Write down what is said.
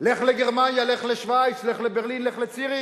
לך לגרמניה, לך לשווייץ, לך לברלין, לך לציריך,